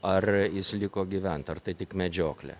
ar jis liko gyvent ar tai tik medžioklė